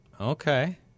Okay